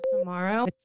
Tomorrow